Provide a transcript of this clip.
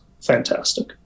fantastic